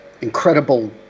incredible